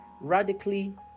radically